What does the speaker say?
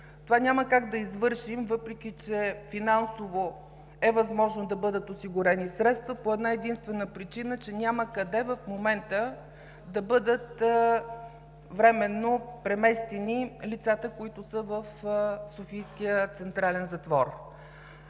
Това няма как да извършим, въпреки че финансово е възможно да бъдат осигурени средства по една-единствена причина, че няма къде в момента да бъдат временно преместени лицата, които са в Софийския централен затвор.